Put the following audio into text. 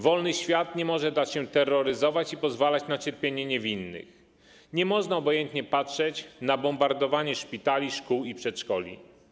Wolny świat nie może dać się terroryzować i pozwalać na cierpienie niewinnych, nie można obojętnie patrzeć na bombardowanie szpitali, szkół i przedszkoli.